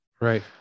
Right